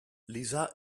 lisa